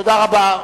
תודה רבה.